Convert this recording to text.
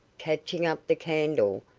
catching up the candle,